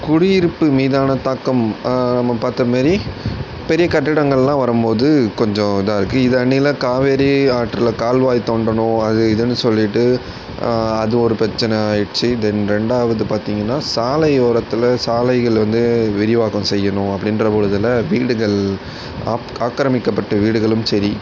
குடியிருப்பு மீதான தாக்கம் நம்ம பார்த்த மாரி பெரிய கட்டிடங்களெலாம் வரும்போது கொஞ்சம் இதாக இருக்கு இது அந்நில காவேரி ஆற்றில் கால்வாய் தோண்டணும் அது இதுன்னு சொல்லிட்டு அது ஒரு பிரச்சின ஆகிட்ச்சி தென் ரெண்டாவது பார்த்திங்கன்னா சாலையோரத்தில் சாலைகள் வந்து விரிவாக்கம் செய்யணும் அப்படின்ற பொழுதில் வீடுகள் ஆக் ஆக்கிரமிக்கப்பட்ட வீடுகளும் சரி